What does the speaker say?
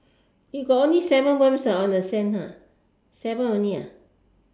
eh got only seven worms ah on the sand ha seven only ah